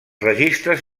registres